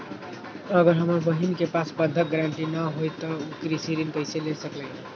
अगर हमर बहिन के पास बंधक गरान्टी न हई त उ कृषि ऋण कईसे ले सकलई ह?